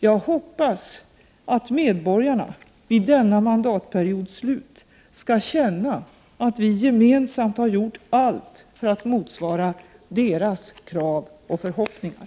Jag hoppas att medborgarna vid denna mandatperiods slut skall känna att vi gemensamt har gjort allt för att motsvara deras krav och förhoppningar!